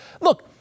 look